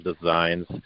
designs